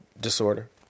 disorder